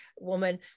woman